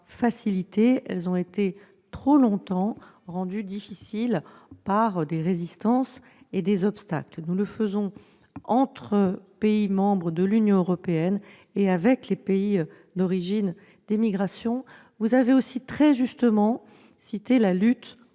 facilitées. Elles ont trop longtemps été rendues difficiles par des résistances et des obstacles. Nous le faisons entre pays membres de l'Union européenne et avec les pays d'immigration d'origine. Vous avez très justement cité,